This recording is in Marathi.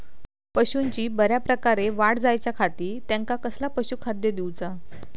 पशूंची बऱ्या प्रकारे वाढ जायच्या खाती त्यांका कसला पशुखाद्य दिऊचा?